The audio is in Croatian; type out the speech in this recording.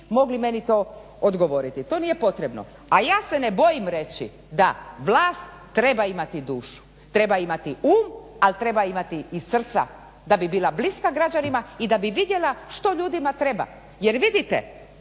mogli meni to odgovoriti. To nije potrebno. A ja se ne bojim reći da vlast treba imati dušu, treba imati um, ali treba imati i srca da bi bila bliska građanima i da bi vidjela što ljudima treba. Jer vidite